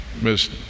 miss